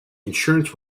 insurance